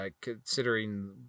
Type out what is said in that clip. Considering